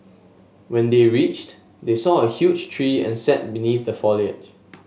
when they reached they saw a huge tree and sat beneath the foliage